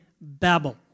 Babel